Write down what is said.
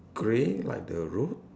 grey like the road